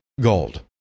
gold